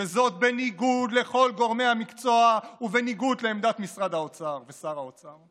וזאת בניגוד לכל גורמי המקצוע ובניגוד לעמדת משרד האוצר ושר האוצר.